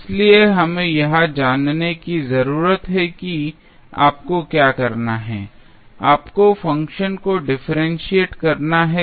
इसलिए हमें यह जानने की जरूरत है कि आपको क्या करना है आपको फंक्शन को डिफरेंशिएट करना है